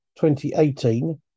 2018